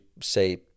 say